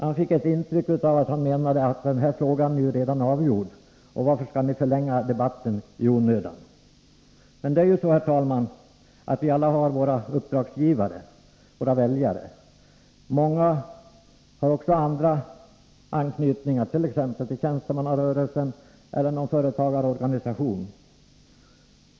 Jag fick ett intryck av att han menade att den här frågan redan är avgjord, och varför skall man då förlänga debatten i onödan? Men vi har alla våra uppdragsgivare, våra väljare. Många har också andra anknytningar, t.ex. till tjänstemannarörelsen eller någon företagarorganisation.